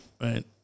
Right